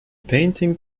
painting